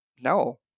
No